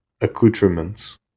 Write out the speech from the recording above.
accoutrements